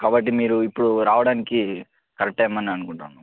కాబట్టి మీరు ఇప్పుడు రావడానికి కరెక్ట్ టైం అని అనుకుంటాను